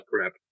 crap